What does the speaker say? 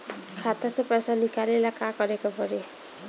खाता से पैसा निकाले ला का करे के पड़ी?